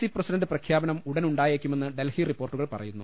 C president പ്രഖ്യാപനം ഉടൻ ഉണ്ടായേക്കു മെന്ന് ഡൽഹി റിപ്പോർട്ടുകൾ പറയുന്നു